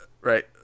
Right